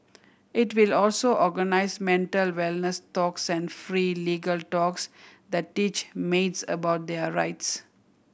it will also organise mental wellness talks and free legal talks that teach maids about their rights